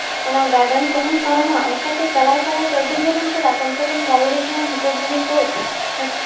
ᱚᱱᱟ ᱜᱟᱨᱰᱮᱱ ᱠᱚᱦᱚᱢ ᱯᱟᱨᱚᱢᱟ ᱚᱱᱠᱟ ᱛᱮ ᱪᱟᱞᱟᱣ ᱪᱟᱞᱟᱣ ᱟᱹᱰᱤ ᱡᱷᱟᱹᱞ ᱮᱢ ᱪᱟᱞᱟᱜᱼᱟ ᱠᱚᱢ ᱥᱮ ᱠᱚᱢ ᱜᱟᱹᱞᱩᱰᱤ ᱠᱷᱚᱱᱟᱜ ᱢᱩᱠᱩᱴᱢᱚᱱᱤᱯᱩᱨ